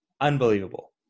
unbelievable